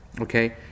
Okay